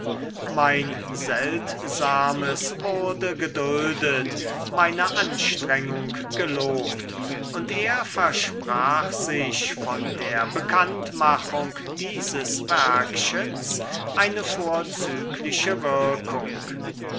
mein seltsames wurde geduldet meine anstrengung gelobt und er versprach sich von der bekanntmachung dieses werkchens eine vorzügliche wirkung